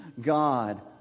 God